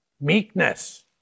meekness